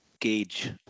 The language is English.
gauge